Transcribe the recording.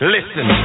Listen